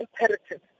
imperative